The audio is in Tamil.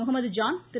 முகமது ஜான் திரு